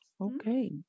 Okay